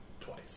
Twice